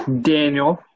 Daniel